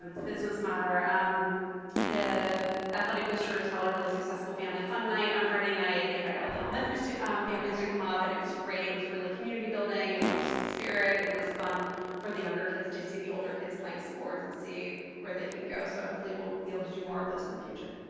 business matter um the athletic boosters held a really successful family fun night on friday night they invited all of the elementary's students um families to come up and it was great it was really community building and a lot of school spirit and it was fun for the younger kids to see the older kids playing sports and see where they can go so hopefully we'll be able to do more of those in the future.